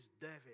David